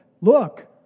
look